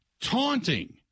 taunting